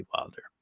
Wilder